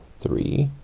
three